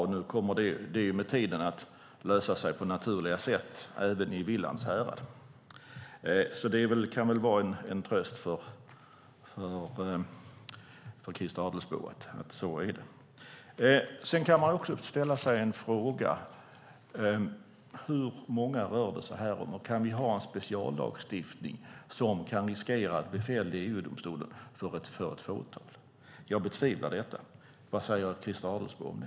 Det kommer med tiden att lösa sig på naturliga sätt även i Villands härad. Det kan väl vara en tröst för Christer Adelsbo att det är så. Sedan kan man fråga sig: Hur många rör det sig om? Kan vi ha en speciallagstiftning som kan riskera att bli fälld i EU-domstolen för ett fåtal? Jag betvivlar detta. Vad säger Christer Adelsbo om det?